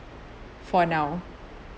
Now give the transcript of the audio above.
for now